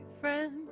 friend